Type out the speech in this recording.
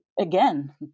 again